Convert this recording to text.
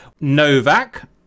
Novak